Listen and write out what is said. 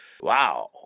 Wow